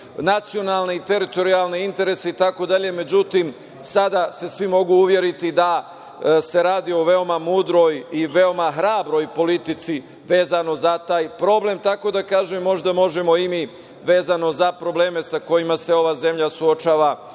nacionalne i teritorijalne interese itd. Međutim, sada se svi mogu uveriti da se radi o veoma mudroj i veoma hrabroj politici, vezano za taj problem. Tako da kažem, možda možemo i mi, vezano za probleme sa kojima se ova zemlja suočava,